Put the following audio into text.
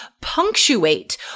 Punctuate